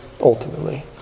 ultimately